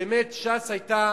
באמת, ש"ס היתה